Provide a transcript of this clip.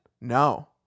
no